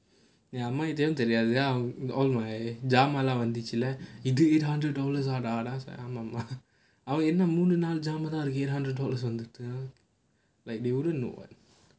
ya mine இதுலாம் தெரியாதுல:idhulaam theriyaathula all my ஜாமான்லாம் வந்துச்சுல இது:jamaanlaam vanthuchula idhu eight hundred dollars ah dah நான் சொன்னேன் ஆமா மா என்ன மூணு நாலு ஜாமான் தான் இருக்கு:naan sonnaen aamaa maa enna moonu naalu jaamaan thaan irukku eight hundred dollars வந்துருக்கு:vanthurukku like they wouldn't know [what]